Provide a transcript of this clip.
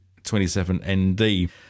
27ND